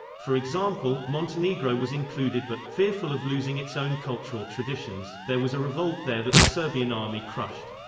for example, montenegro was included but, fearful of losing its own cultural traditions, there was a revolt there that the serbian army crushed.